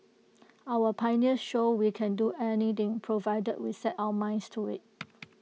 our pioneers showed we can do anything provided we set our minds to IT